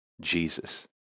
Jesus